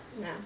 No